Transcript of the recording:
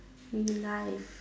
relive